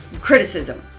criticism